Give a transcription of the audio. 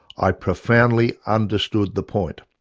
i profoundly understood the point.